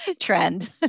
trend